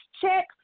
check